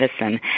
medicine